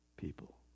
people